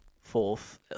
fourth